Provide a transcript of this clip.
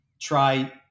try